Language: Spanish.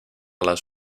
las